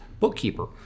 bookkeeper